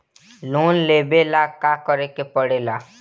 Loan लेबे ला का करे के पड़े ला?